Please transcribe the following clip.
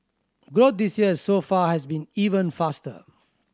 growth this year so far has been even faster